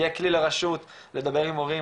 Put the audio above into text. יהיה כלי לרשות לדבר מורים,